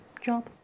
job